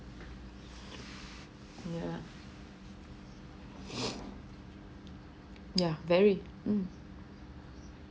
ya ya very mm